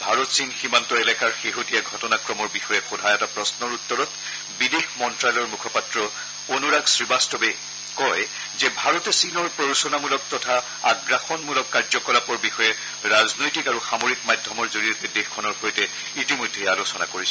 ভাৰত চীন সীমান্ত এলেকাৰ শেহতীয়া ঘটনাক্ৰমৰ বিষয়ে সোধা এটা প্ৰশ্নৰ উত্তৰত বিদেশ মন্ত্যালয়ৰ মুখপাত্ৰ অনুৰাগ শ্ৰীবাস্তৱে কয় যে ভাৰতে চীনৰ প্ৰৰোচনামূলক তথা আগ্ৰাসনমূলক কাৰ্যকলাপৰ বিষয়ে ৰাজনৈতিক আৰু সামৰিক মাধ্যমৰ জৰিয়তে দেশখনৰ সৈতে ইতিমধ্যে আলোচনা কৰিছে